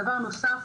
דבר נוסף